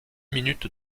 minutes